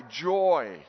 joy